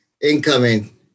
incoming